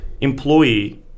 employee